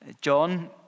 John